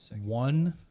one